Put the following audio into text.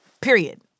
Period